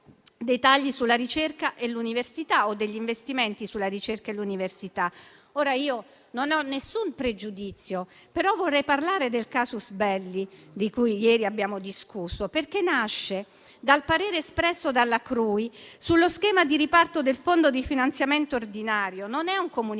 dei tagli sulla ricerca e l'università o degli investimenti sulla ricerca e università. Io non ho alcun pregiudizio, però vorrei parlare del *casus belli* di cui ieri abbiamo discusso, perché nasce dal parere espresso dalla CRUI sullo schema di riparto del fondo di finanziamento ordinario. Non è un comunicato